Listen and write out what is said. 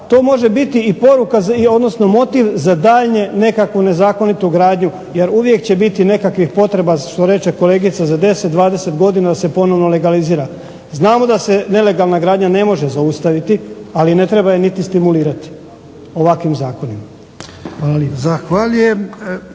odnosno motiv za daljnju nekakvu nezakonitu gradnju jer uvijek će biti nekakvih potreba što reče kolegica za 10, 20 godina da se ponovno legalizira. Znamo da se nelegalna gradnja ne može zaustaviti, ali ne treba je niti stimulirati ovakvim zakonima.